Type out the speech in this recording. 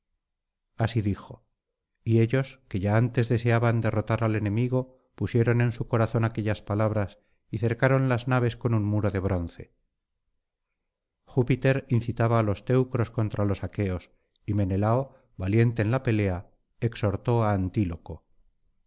así dijo y ellos que ya antes deseaban derrotar al enemigo pusieron en su corazón aquellas palabras y cercaron las naves con un muro de bronce júpiter incitaba á los teucros contra los aqueos y menelao valiente en la pelea exhortó á antíloco